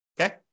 Okay